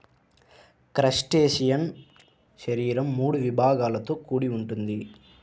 crustacean శరీరం మూడు విభాగాలతో కూడి ఉంటుంది